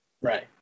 right